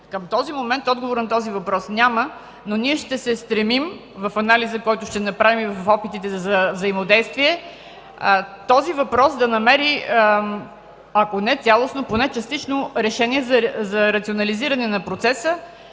Към този момент отговор на този въпрос няма, но ние ще се стремим в анализа, който ще направим в опитите за взаимодействие, той да намери ако не цялостно, то поне частично решение за рационализиране на процеса